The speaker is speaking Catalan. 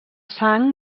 sang